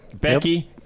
Becky